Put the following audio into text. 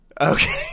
Okay